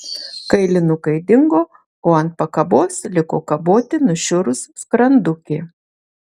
kailinukai dingo o ant pakabos liko kaboti nušiurus skrandukė